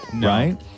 right